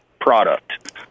product